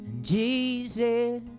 Jesus